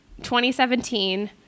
2017